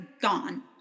gone